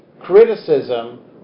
criticism